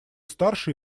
старше